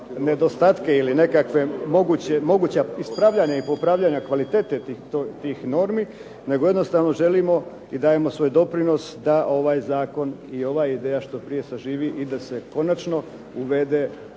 nedostatke ili nekakva moguća ispravljanja i popravljanja kvalitete tih normi, nego jednostavno želimo i dajemo svoj doprinos da ovaj zakon i ova ideja što prije suživi i da se konačno uvede